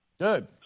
Good